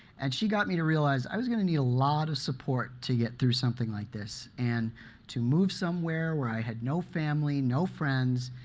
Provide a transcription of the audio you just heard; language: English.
and she got me to realize, i was going to be a lot of support to get through something like this. and to move somewhere where i had no family, no friends,